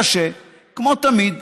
אלא שכמו תמיד,